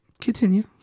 Continue